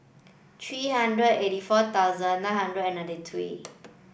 three hundred eighty four thousand nine hundred and ninety three